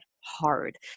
hard